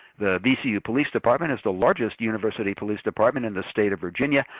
the vcu police department is the largest university police department in the state of virginia,